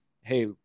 hey